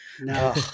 No